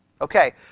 Okay